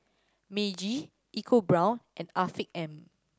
Meiji EcoBrown's and Afiq M